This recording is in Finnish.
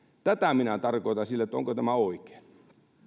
tätä minä tarkoitan sillä että onko tämä oikein